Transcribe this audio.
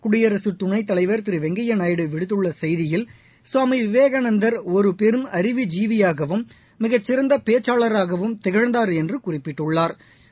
குடியரசு துணைத்தலைவர் திரு வெங்கையா நாயுடு விடுத்தள்ள செய்தியில் சுவாமி விவேகானந்தர் ஒரு பெரும் அறிவு ஜீவியாகவும் மிகச்சிறந்த பேச்சாளராகவும் திகழ்ந்தாா் என்று குறிப்பிட்டுள்ளாா்